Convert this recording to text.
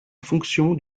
fonction